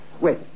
wait